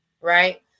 right